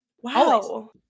Wow